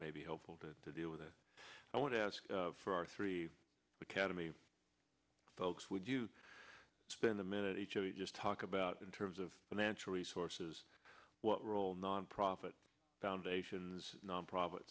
may be helpful to to deal with i want to ask for our three academy folks would you spend a minute each of you just talk about in terms of financial resources what role nonprofit foundations nonprofit